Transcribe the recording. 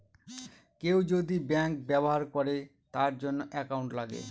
কেউ যদি ব্যাঙ্ক ব্যবহার করে তার জন্য একাউন্ট লাগে